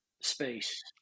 space